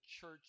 church